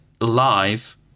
live